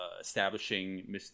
establishing